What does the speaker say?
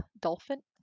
dolphin